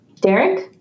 derek